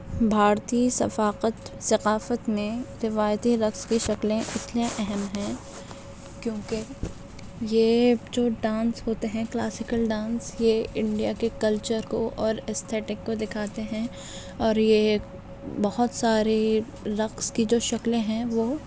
بھارتی ثقافت ثقافت نے روایتی رقص کی شکلیں اتنے اہم ہیں کیونکہ یہ جو ڈانس ہوتے ہیں کلاسیکل ڈانس یہ انڈیا کے کلچر کو اور استھیٹک کو دکھاتے ہیں اور یہ ایک بہت سارے رقص کی جو شکلیں ہیں وہ